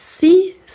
Si